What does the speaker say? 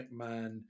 McMahon